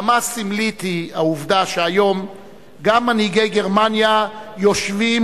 כמה סמלית היא העובדה שהיום גם מנהיגי גרמניה יושבים